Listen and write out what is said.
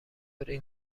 این